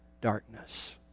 darkness